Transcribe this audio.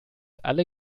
alle